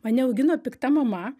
mane augino pikta mama